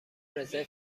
رزرو